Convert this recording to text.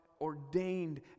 ordained